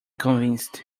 convinced